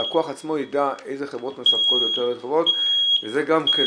הלקוח עצמו יידע איזה חברות מספקות יותר --- זה גם יכול